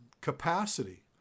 capacity